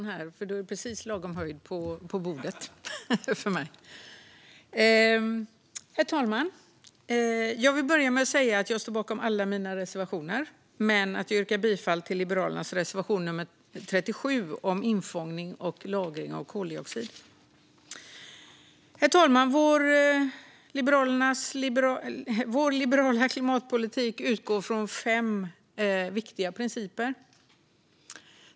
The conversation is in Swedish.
Herr talman! Jag står bakom alla mina reservationer, men jag yrkar bifall endast till Liberalernas reservation nummer 37 om infångning och lagring av koldioxid. Herr talman! Vår liberala klimatpolitik utgår från fem viktiga principer.